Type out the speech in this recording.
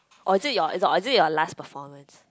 or is it your is or is it your last performance